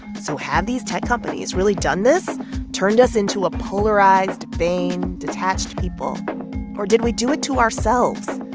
so have these tech companies really done this turned us into a polarized, vain, detached people or did we do it to ourselves?